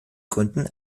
gründen